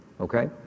Okay